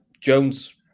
Jones